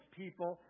people